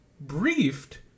briefed